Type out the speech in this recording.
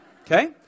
okay